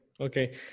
okay